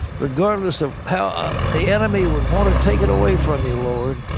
regardless of how the enemy would want to take it away from you, lord.